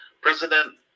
President